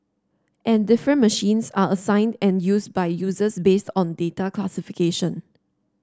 and different machines are assigned and used by users based on data classification